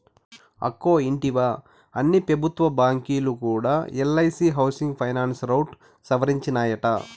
అక్కో ఇంటివా, అన్ని పెబుత్వ బాంకీలు కూడా ఎల్ఐసీ హౌసింగ్ ఫైనాన్స్ రౌట్ సవరించినాయట